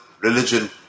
religion